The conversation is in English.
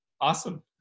Awesome